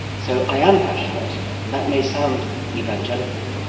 so i am passionate and that may sound evangelical,